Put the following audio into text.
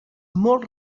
molt